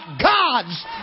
God's